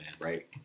right